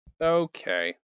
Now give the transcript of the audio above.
Okay